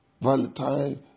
Valentine